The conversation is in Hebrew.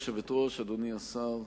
גברתי היושבת-ראש, אדוני השר,